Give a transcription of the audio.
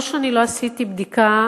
לא שאני לא עשיתי בדיקה,